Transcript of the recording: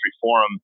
forum